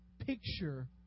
picture